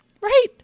Right